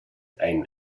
ein